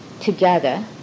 together